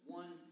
one